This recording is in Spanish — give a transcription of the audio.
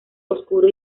oscuro